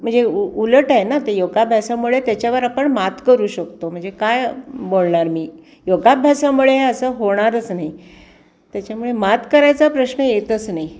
म्हणजे उ उलट आहे ना ते योगाभ्यासामुळे त्याच्यावर आपण मात करू शकतो म्हणजे काय बोलणार मी योगाभ्यासामुळे असं होणारच नाही त्याच्यामुळे मात करायचा प्रश्न येतच नाही